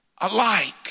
alike